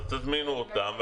אז תזמינו אותם,